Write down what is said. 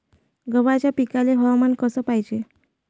गव्हाच्या पिकाले हवामान कस पायजे?